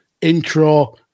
intro